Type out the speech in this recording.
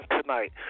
tonight